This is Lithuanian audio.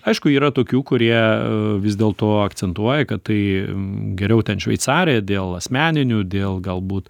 aišku yra tokių kurie vis dėlto akcentuoja kad tai geriau ten šveicarija dėl asmeninių dėl galbūt